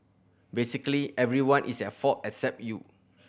basically everyone is at fault except you